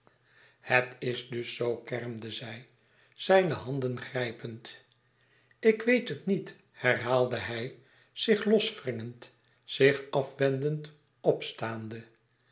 het is dus zoo kermde ze zijne handen grijpend ik weet het niet herhaalde hij zich los wringend zich afwendend opstaande